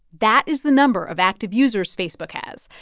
that is the number of active users facebook has.